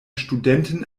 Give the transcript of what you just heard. studenten